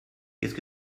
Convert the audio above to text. qu’est